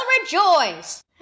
rejoice